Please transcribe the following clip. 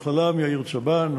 בכללם יאיר צבן